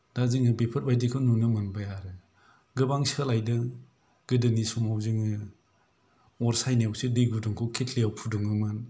दा जोङो बेफोरबायदिखौ नुनो मोनबाय आरो गोबां सोलायदों गोदोनि समाव जोङो अर सायनायावसो दै गुदुंखौ केतलि याव फुदुङोमोन